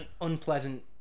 unpleasant